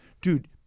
Dude